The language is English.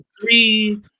three